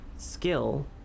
Skill